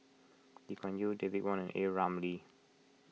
Lee Kuan Yew David Wong and A Ramli